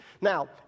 Now